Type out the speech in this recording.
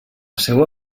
seua